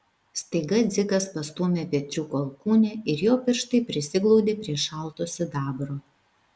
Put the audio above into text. staiga dzikas pastūmė petriuko alkūnę ir jo pirštai prisiglaudė prie šalto sidabro